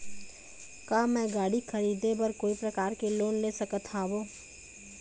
का मैं गाड़ी खरीदे बर कोई प्रकार के लोन ले सकत हावे?